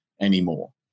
anymore